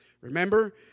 Remember